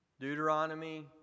Deuteronomy